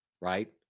right